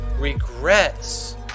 regrets